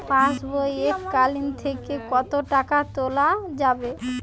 পাশবই এককালীন থেকে কত টাকা তোলা যাবে?